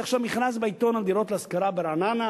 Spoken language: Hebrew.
עכשיו יש מכרז בעיתון על דירות להשכרה ברעננה,